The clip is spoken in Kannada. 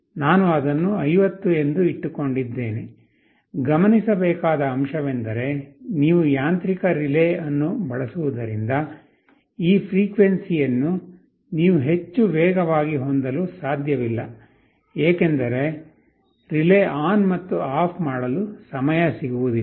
ನಾನು ಅದನ್ನು 50 ಎಂದು ಇಟ್ಟುಕೊಂಡಿದ್ದೇನೆ ಗಮನಿಸಬೇಕಾದ ಅಂಶವೆಂದರೆ ನೀವು ಯಾಂತ್ರಿಕ ರಿಲೇ ಅನ್ನು ಬಳಸುವುದರಿಂದ ಈ ಫ್ರೀಕ್ವೆನ್ಸಿ ಯನ್ನು ನೀವು ಹೆಚ್ಚು ವೇಗವಾಗಿ ಹೊಂದಲು ಸಾಧ್ಯವಿಲ್ಲ ಏಕೆಂದರೆ ರಿಲೇ ಆನ್ ಮತ್ತು ಆಫ್ ಮಾಡಲು ಸಮಯ ಸಿಗುವುದಿಲ್ಲ